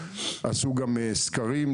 עשו גם סקרים.